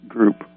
Group